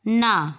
না